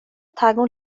tagon